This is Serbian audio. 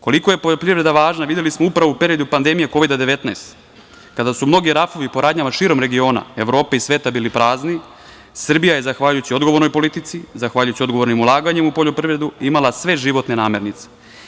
Koliko je poljoprivreda važna, videli smo upravo u periodu pandemije Kovida 19 kada su mnogi rafovi po radnjama širom regiona, Evrope i sveta bili prazni, Srbija je zahvaljujući odgovornoj politici, zahvaljujući odgovornim ulaganjem u poljoprivredu imala sve životne namirnice.